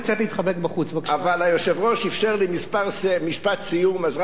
אבל היושב-ראש אפשר לי משפט סיום אז רק אני אגיד לך דבר אחד,